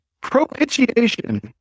propitiation